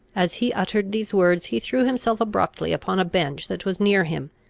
as he uttered these words, he threw himself abruptly upon a bench that was near him,